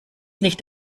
nicht